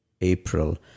April